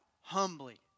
Humbly